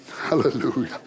Hallelujah